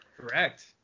Correct